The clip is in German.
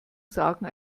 sagen